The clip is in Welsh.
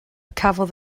cafodd